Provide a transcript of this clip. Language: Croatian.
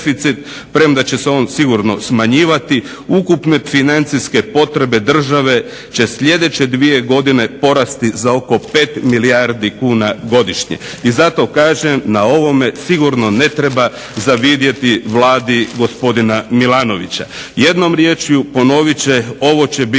premda će se on sigurno smanjivati, ukupne financijske potrebe države će sljedeće dvije godine porasti za oko 5 milijardi kuna godišnje. I zato kažem, na ovome sigurno ne treba zavidjeti Vladi gospodina Milanovića. Jednom rječju, ponovit ću, ovo će biti